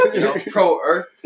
pro-Earth